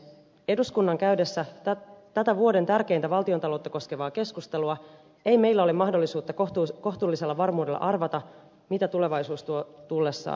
eduskunnan käydessä tätä vuoden tärkeintä valtiontaloutta koskevaa keskustelua ei meillä ole mahdollisuutta kohtuullisella varmuudelle arvata mitä tulevaisuus tuo tullessaan